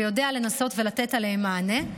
ויודע לנסות ולתת עליהן מענה.